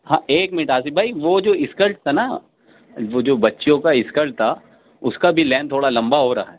ہاں ایک منٹ آصف بھائی وہ جو اسکرٹ تھا نا وہ جو بچیوں کا اسکرٹ تھا اُس کا بھی لینتھ تھوڑا لمبا ہو رہا ہے